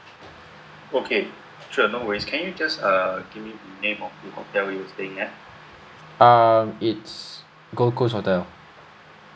um it's gold coast hotel